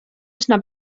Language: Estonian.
üsna